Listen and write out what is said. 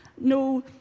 no